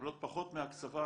מקבלות פחות מההקצבה.